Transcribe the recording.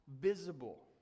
visible